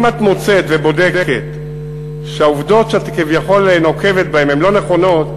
אם את מוצאת ובודקת שהעובדות כביכול שאת נוקבת בהן הן לא נכונות,